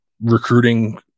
recruiting